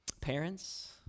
Parents